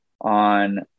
on